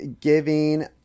giving